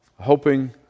hoping